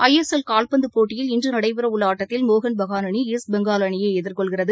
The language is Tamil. ஐ எஸ் எல் கால்பந்து போட்டியில் இன்று நடைபெறவுள்ள ஆட்டத்தில் மோகன் பெஹான் அணி ஈஸ்ட் பெங்கால் அனியை எதிர்கொள்கிறது